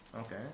Okay